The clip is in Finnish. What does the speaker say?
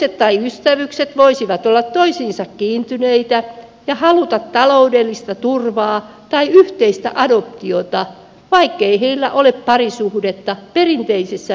sisarukset tai ystävykset voisivat olla toisiinsa kiintyneitä ja haluta taloudellista turvaa tai yhteistä adoptiota vaikkei heillä ole parisuhdetta perinteisessä merkityksessä